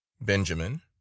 Benjamin